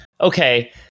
okay